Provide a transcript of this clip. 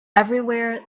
everywhere